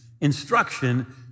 instruction